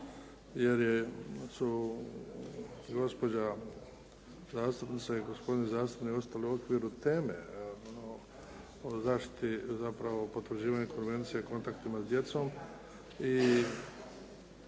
je, su gospođa zastupnica i gospodin zastupnik ostali u okviru teme o zaštiti zapravo potvrđivanju Konvencije o kontaktima s djecom